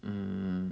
mm